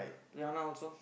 Leona also